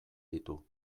ditu